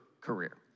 career